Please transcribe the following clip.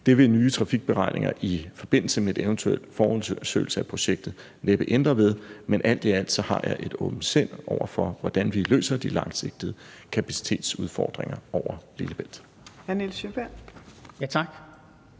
Det vil nye trafikberegninger i forbindelse med en eventuel forundersøgelse af projektet næppe ændre ved. Men alt i alt har jeg et åbent sind over for, hvordan vi løser de langsigtede kapacitetsudfordringer over Lillebælt.